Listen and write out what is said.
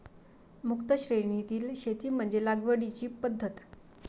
मुक्त श्रेणीतील शेती म्हणजे लागवडीची पद्धत